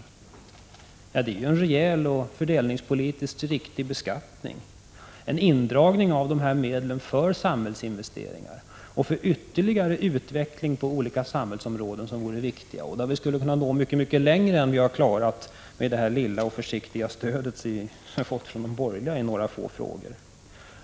Alternativet är en rejäl och fördelningspolitiskt riktig beskattning. En indragning av dessa medel för samhällsinvesteringar och för ytterligare utveckling på olika samhällsområden vore det riktiga. Då skulle vi kunna nå mycket längre än vad vi klarat med det lilla och försiktiga stöd som vi fått från de borgerliga i några få frågor.